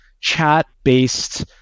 chat-based